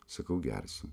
sakau gersiu